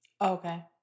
Okay